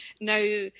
Now